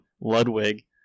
Ludwig